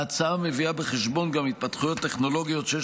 ההצעה מביאה בחשבון גם התפתחויות טכנולוגיות שיש